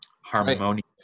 harmonious